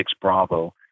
Bravo